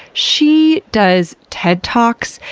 she does ted talks,